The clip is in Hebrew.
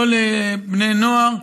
לא בבני נוער,